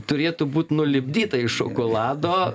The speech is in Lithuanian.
turėtų būt nulipdyta iš šokolado